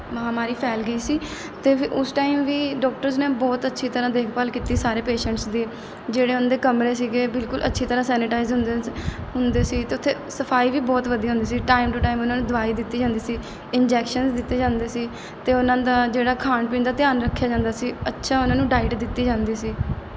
ਮਹਾਮਾਰੀ ਫੈਲ ਗਈ ਸੀ ਅਤੇ ਫਿਰ ਉਸ ਟਾਈਮ ਵੀ ਡੋਕਟਰਸ ਨੇ ਬਹੁਤ ਅੱਛੀ ਤਰ੍ਹਾਂ ਦੇਖਭਾਲ ਕੀਤੀ ਸਾਰੇ ਪੇਸ਼ੈਂਟਸ ਦੀ ਜਿਹੜੇ ਉਹਨਾਂ ਦੇ ਕਮਰੇ ਸੀਗੇ ਬਿਲਕੁਲ ਅੱਛੀ ਤਰ੍ਹਾਂ ਸੈਨੀਟਾਈਜ਼ ਹੁੰਦੇ ਸ ਹੁੰਦੇ ਸੀ ਅਤੇ ਉੱਥੇ ਸਫਾਈ ਵੀ ਬਹੁਤ ਵਧੀਆ ਹੁੰਦੀ ਸੀ ਟਾਈਮ ਟੂ ਟਾਈਮ ਉਹਨਾਂ ਨੂੰ ਦਵਾਈ ਦਿੱਤੀ ਜਾਂਦੀ ਸੀ ਇੰਜੈਕਸ਼ਨਸ ਦਿੱਤੇ ਜਾਂਦੇ ਸੀ ਅਤੇ ਉਹਨਾਂ ਦਾ ਜਿਹੜਾ ਖਾਣ ਪੀਣ ਦਾ ਧਿਆਨ ਰੱਖਿਆ ਜਾਂਦਾ ਸੀ ਅੱਛਾ ਉਹਨਾਂ ਨੂੰ ਡਾਇਟ ਦਿੱਤੀ ਜਾਂਦੀ ਸੀ